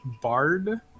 bard